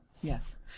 Yes